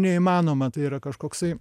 neįmanoma tai yra kažkoksai